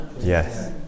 Yes